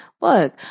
Look